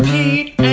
Pete